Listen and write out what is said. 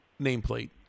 nameplate